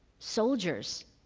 soldiers,